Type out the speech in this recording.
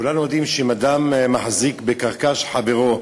כולנו יודעים שאם אדם מחזיק בקרקע של חברו,